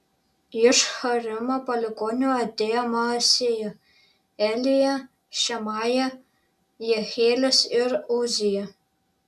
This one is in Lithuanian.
iš harimo palikuonių atėjo maasėja elija šemaja jehielis ir uzija